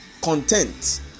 content